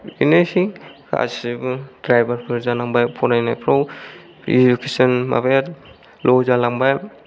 बेनोसै गासिबो ड्रायभार फोर जानांबाय फरायनायफ्राव इजुकिशन माबाया ल' जालांबाय